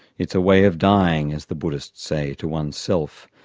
it's a way of dying as the buddhists say, to one's self,